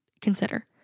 consider